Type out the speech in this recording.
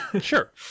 Sure